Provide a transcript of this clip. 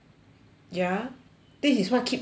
ya this is what keep the kids